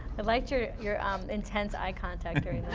liked your your um intense eye contact during that.